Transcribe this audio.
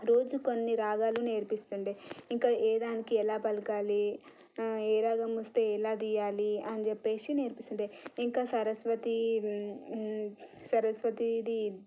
రోజు కొన్ని రాగాలు నేర్పిస్తుండే ఇంకా ఏ దానికి ఎలా పలకాలి ఏ రాగం వస్తే ఎలా తీయాలి అని చెప్పేసి నేర్పిస్తుంటే ఇంకా సరస్వతి సరస్వతిది